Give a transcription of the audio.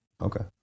Okay